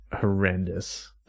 horrendous